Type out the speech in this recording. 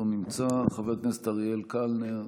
אינו נמצא, חבר הכנסת אריאל קלנר,